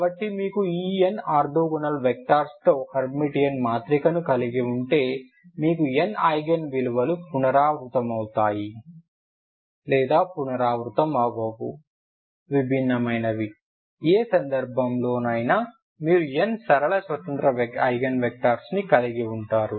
కాబట్టి మీకు ఈ n ఆర్తోగోనల్ వెక్టర్స్తో హెర్మిటియన్ మాత్రికను కలిగి ఉంటే మీకు n ఐగెన్ విలువలు పునరావృతమవుతాయి లేదా పునరావృతం కావు విభిన్నమైనవి ఏ సందర్భంలోనైనా మీరు n సరళ స్వతంత్ర ఐగెన్ వెక్టర్స్ కలిగి ఉంటారు